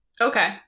Okay